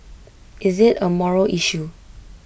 is IT A moral issue